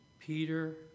Peter